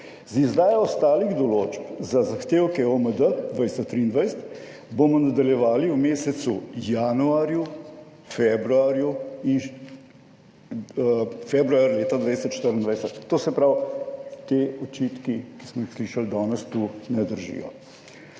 Z izdajo ostalih določb za zahtevke OMD 2023 bomo nadaljevali v mesecu januarju, februarju in, februar leta 2024." To se pravi, ti očitki, ki smo jih slišali danes tu ne držijo.